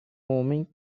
homem